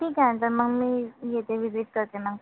ठीक आहे ना तर मग मी येते विजिट करते मग